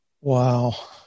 Wow